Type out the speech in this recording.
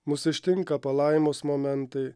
mus ištinka palaimos momentai